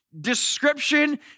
description